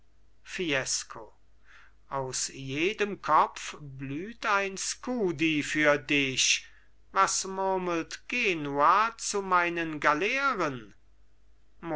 aus jedem kopf blüht ein skudi für dich was murmelt genua zu meinen galeeren